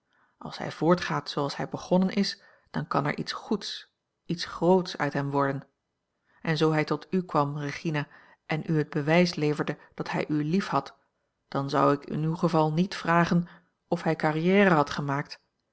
als hij voortgaat zooals hij begonnen is dan kan er iets goeds iets groots uit hem worden en zoo hij tot u kwam regina en u het bewijs leverde dat hij u liefhad dan zou ik in uw geval niet vragen of hij carrière had gemaakt